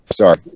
Sorry